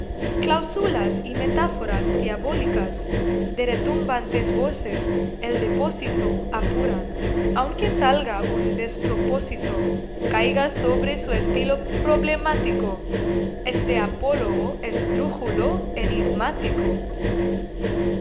cláusulas y metáforas diabólicas de retumbantes voces el depósito apuran aunque salga un despropósito caiga sobre su estilo problemático este apólogo esdrújulo enigmático